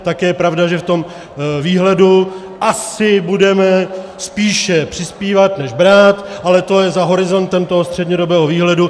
Také je pravda, že v tom výhledu asi budeme spíše přispívat než brát, ale to je za horizontem toho střednědobého výhledu.